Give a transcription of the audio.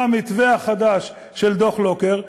למתווה החדש של דוח לוקר.